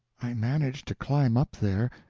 i managed to climb up there,